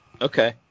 Okay